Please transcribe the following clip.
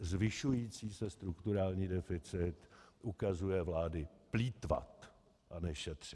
Zvyšující se strukturální deficit ukazuje vůli vlády plýtvat a ne šetřit.